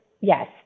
Yes